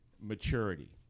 maturity